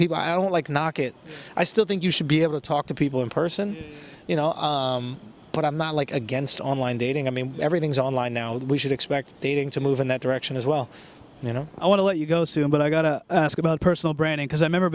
people i don't like knock it i still think you should be able to talk to people in person you know but i'm not like against online dating i mean everything's online now and we should expect dating to move in that direction as well you know i want to let you go soon but i got to ask about personal branding because i remember